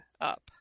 up